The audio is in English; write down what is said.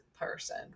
person